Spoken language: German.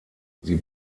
sie